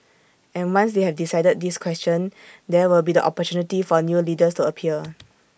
and once they have decided this question there will be the opportunity for new leaders to appear